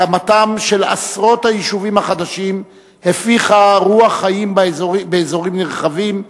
הקמתם של עשרות היישובים החדשים הפיחה רוח חיים באזורים נרחבים,